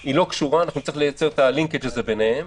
היא לא קשורה, נצטרך לייצר לינקג' הזה ביניהם.